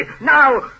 Now